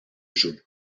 jeu